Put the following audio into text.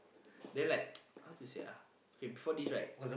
then like how to say ah okay before this right